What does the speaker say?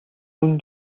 үнэн